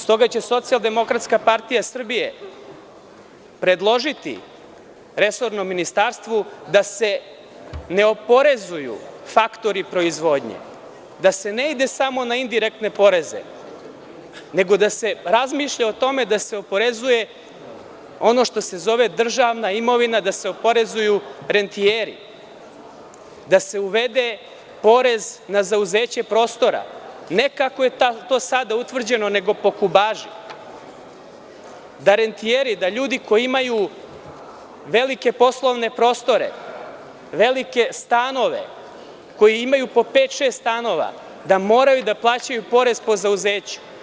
S toga će SDPS predložiti ministarstvu da se ne oporezuju faktori proizvodnje, da se ne ide samo na indirektne poreze, nego da se razmišlja o tome da se oporezuje ono što se zove državna imovina, da se oporezuju rentijeri, da se uvedeporez na zauzeće prostora, ne kako je to sada utvrđeno, nego po kubaži, da rentijeri, da ljudi koji imaju velike poslovne prostore, velike stanove, koji imaju po pet ili šest stanova, da moraju da plaćaju porez po zauzeću.